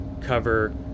cover